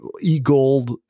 e-gold